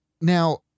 Now